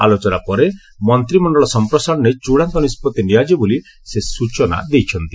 ଆଲୋଚନା ପରେ ମନ୍ତ୍ରିମଣ୍ଡଳ ସମ୍ପ୍ରସାରଣ ନେଇ ଚୂଡାନ୍ତ ନିଷ୍କ୍ତି ନିଆଯିବ ବୋଲି ସେ ସ୍ଟଚନା ଦେଇଛନ୍ତି